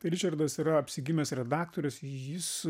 ričardas yra apsigimęs redaktorius jis